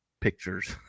pictures